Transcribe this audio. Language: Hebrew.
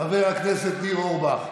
חבר הכנסת ניר אורבך,